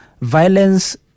violence